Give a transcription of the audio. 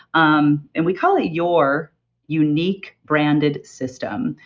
um and we call it your unique branded system.